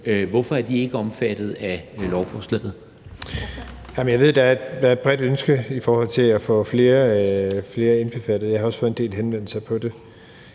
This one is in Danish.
Kl. 11:56 Jeppe Bruus (S): Jamen jeg ved, at der er et bredt ønske i forhold til at få flere omfattet. Jeg har også fået en del henvendelser om det.